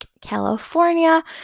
California